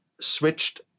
switched